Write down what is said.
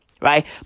Right